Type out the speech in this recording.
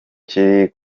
kiri